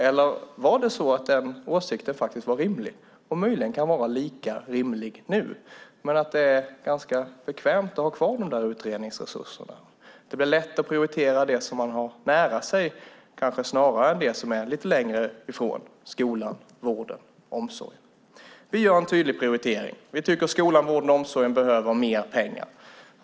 Eller var det så att den åsikten faktiskt var rimlig och möjligen kan vara lika rimlig nu men att det är ganska bekvämt att ha kvar de där utredningsresurserna? Det blir kanske lätt att prioritera det som man har nära sig snarare än det som är lite längre ifrån, skolan, vården och omsorgen. Vi gör en tydlig prioritering. Vi tycker att skolan, vården och omsorgen behöver mer pengar.